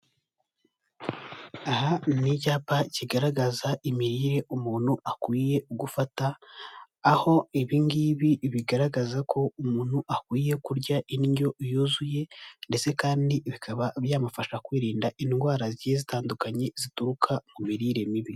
Aha ni icyapa kigaragaza imirire umuntu akwiye gufata, aho ibi ngibi bigaragaza ko umuntu akwiye kurya indyo yuzuye ndetse kandi bikaba byamufasha kwirinda indwara zigiye zitandukanye, zituruka ku mirire mibi.